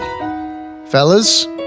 Fellas